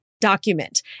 document